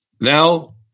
Now